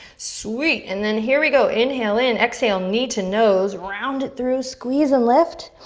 sweet, and then here we go. inhale in, exhale, knee to nose. round it through, squeeze and lift.